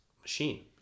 machine